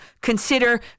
consider